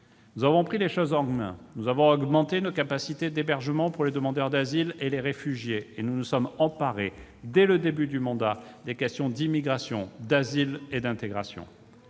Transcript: Nous avons pris les choses en main, singulièrement en augmentant nos capacités d'hébergement pour les demandeurs d'asile et les réfugiés. Nous nous sommes aussi emparés, dès le début du mandat, des questions d'immigration, d'asile et d'intégration.